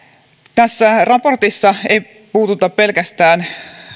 tässä raportissa ei puututa pelkästään